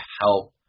help